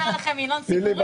הבר,